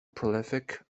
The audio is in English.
prolific